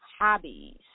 hobbies